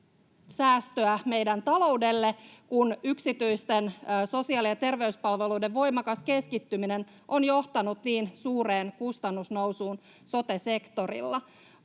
säästöä meidän taloudellemme, kun yksityisten sosiaali- ja terveyspalveluiden voimakas keskittyminen on johtanut niin suureen kustannusnousuun sote-sektorilla.